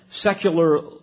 secular